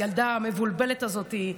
הילדה המבולבלת הזאת,